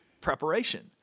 preparation